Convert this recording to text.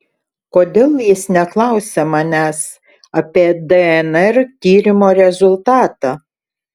kodėl jis neklausia manęs apie dnr tyrimo rezultatą